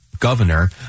governor